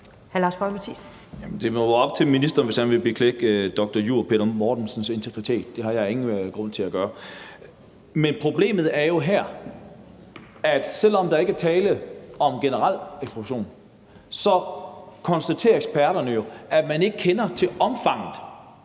Det må være op til ministeren, hvis han vil beklikke dr. jur. Peter Mortensens integritet – det har jeg ingen grund til at gøre. Men problemet her er jo, at selv om der ikke er tale om generel ekspropriation, konstaterer eksperterne jo, at man ikke kender til omfanget